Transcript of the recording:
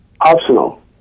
Optional